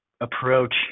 approach